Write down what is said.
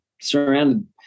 surrounded